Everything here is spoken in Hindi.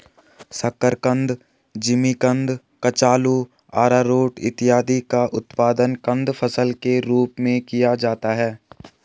शकरकंद, जिमीकंद, कचालू, आरारोट इत्यादि का उत्पादन कंद फसल के रूप में किया जाता है